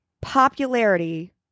popularity